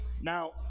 Now